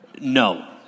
no